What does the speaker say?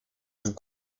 vous